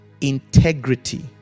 integrity